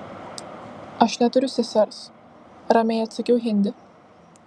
aš neturiu sesers ramiai atsakiau hindi